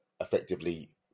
effectively